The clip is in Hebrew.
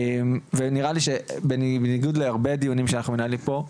ונראה לי שבניגוד להרבה דיונים שאנחנו מנהלים פה,